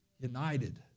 United